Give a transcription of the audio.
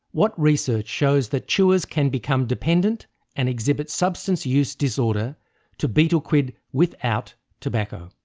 what research shows that chewers can become dependent and exhibit substance use disorder to betel quid without tobacco?